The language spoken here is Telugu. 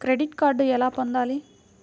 క్రెడిట్ కార్డు ఎలా పొందాలి?